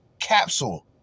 Capsule